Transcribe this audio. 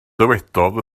dywedodd